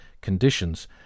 conditions